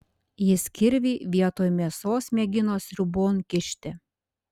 jis kirvį vietoj mėsos mėgino sriubon kišti